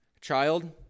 child